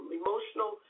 emotional